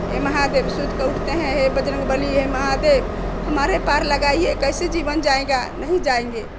हे महादेव सो के उठाते हैं हे बजरंग बली हे महादेव हमारे पार लगाईए कैसे जीवन जाएगा नहीं जाएँगे